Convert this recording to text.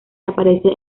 aparece